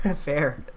Fair